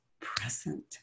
present